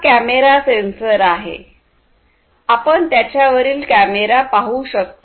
हा camera sensor आहे आपण त्याच्यावरील कॅमेरा पाहू शकता